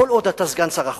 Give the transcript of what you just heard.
כל עוד אתה סגן שר החוץ,